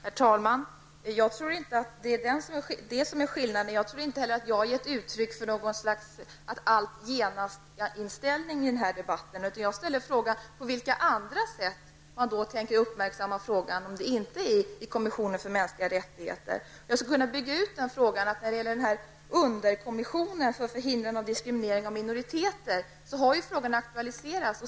Herr talman! Jag tror inte att det är skillnaden. Jag tror inte heller att jag har gett uttryck för något slags allting genast-inställning i debatten. Jag frågade på vilka andra sätt man kan tänka sig att uppmärksamma frågan om inte i kommissionen för mänskliga rättigheter. Jag skulle kunna bygga ut min fråga. I underkommissionen för att förhindra diskriminering av minoriteter har frågan aktualiserats.